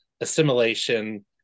assimilation